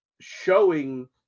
showing